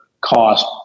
cost